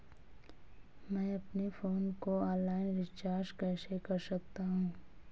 मैं अपने फोन को ऑनलाइन रीचार्ज कैसे कर सकता हूं?